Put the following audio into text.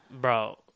Bro